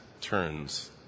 turns